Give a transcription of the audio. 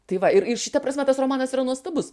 tai va ir ir šita prasme tas romanas yra nuostabus